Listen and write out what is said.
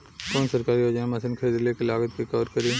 कौन सरकारी योजना मशीन खरीदले के लागत के कवर करीं?